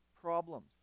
problems